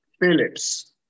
Phillips